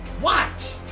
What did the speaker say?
Watch